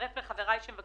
להצטרף לחבריי שמבקשים